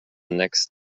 next